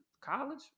college